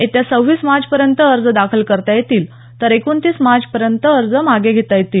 येत्या सव्वीस मार्चपर्यंत अर्ज दाखल करता येतील तर एकोणतीस मार्चपर्यत अर्ज मागे घेता येतील